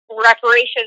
reparations